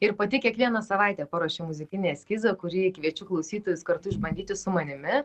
ir pati kiekvieną savaitę paruošiu muzikinį eskizą kurį kviečiu klausytojus kartu išbandyti su manimi